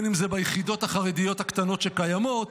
אם זה ביחידות החרדיות הקטנות שקיימות,